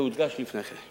כן, זה הודגש לפני כן.